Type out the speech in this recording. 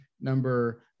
Number